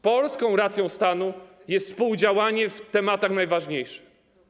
Polską racją stanu jest współdziałanie w tematach najważniejszych.